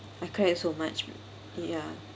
I cry so much ya